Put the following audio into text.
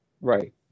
Right